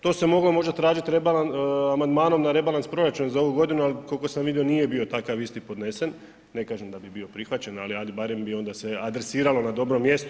To se možda moglo tražiti amandmanom na rebalans proračuna za ovu godinu, ali koliko sam vidio nije bio takav isti podnesen, ne kažem da bi bio prihvaćen, ali ajde barem bi onda se adresiralo na dobro mjesto.